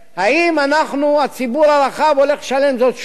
האם אנחנו, הציבור הרחב, הולך לשלם זאת שוב?